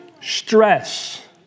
stress